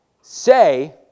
say